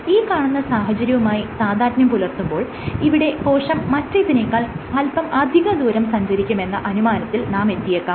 ഈ കാണുന്ന സാഹചര്യവുമായി താദാത്മ്യം പുലർത്തുമ്പോൾ ഇവിടെ കോശം മറ്റേതിനെക്കാൾ അല്പം അധികദൂരം സഞ്ചരിക്കുമെന്ന അനുമാനത്തിൽ നാം എത്തിയേക്കാം